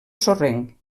sorrenc